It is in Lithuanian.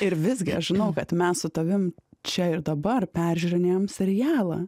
ir visgi aš žinau kad mes su tavim čia ir dabar peržiūrinėjam serialą